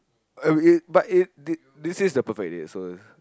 oh it but it did they say is the perfect date so